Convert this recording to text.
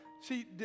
See